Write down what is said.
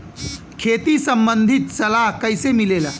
खेती संबंधित सलाह कैसे मिलेला?